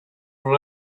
were